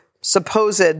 supposed